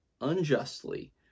unjustly